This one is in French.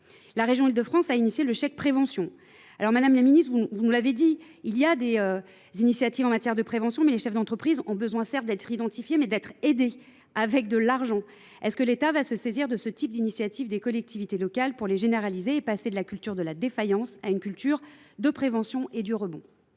La région Ile-de-France a initié le chèque prévention. Madame la Ministre, vous nous l'avez dit, il y a des initiatives en matière de prévention mais les chefs d'entreprise ont besoin certes d'être identifiés mais d'être aidés avec de l'argent. Est-ce que l'Etat va se saisir de ce type d'initiative des collectivités locales pour les généraliser et passer de la culture de la défaillance à une culture de prévention et du rebond ?